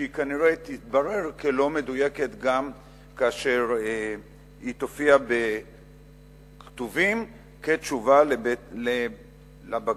שהיא כנראה תתברר כלא מדויקת גם כאשר היא תופיע בכתובים בתשובה לבג"ץ.